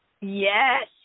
Yes